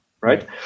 Right